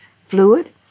fluid